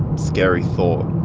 scary thought.